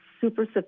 super